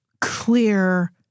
clear